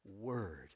word